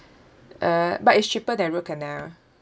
uh but it's cheaper than root canal